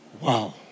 Wow